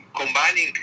combining